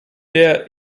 der